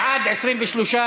הודעת ועדת החינוך,